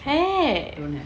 have